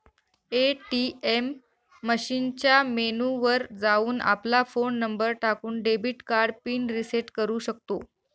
ATM मशीनच्या menu वर जाऊन, आपला फोन नंबर टाकून, डेबिट कार्ड पिन रिसेट करू शकतो